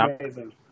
amazing